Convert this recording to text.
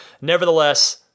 nevertheless